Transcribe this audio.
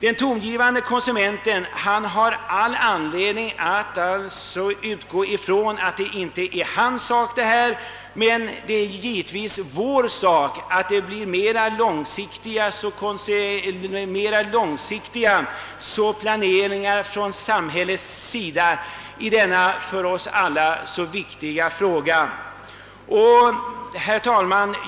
Den tongivande konsumenten har all anledning att utgå ifrån att detta inte är hans sak, men det är givetvis vår sak att se till att samhället planerar mera långsiktigt i denna för oss alla så viktiga fråga. Herr talman!